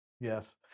Yes